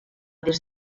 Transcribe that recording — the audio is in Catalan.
des